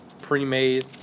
pre-made